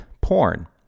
porn